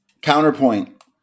Counterpoint